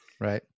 Right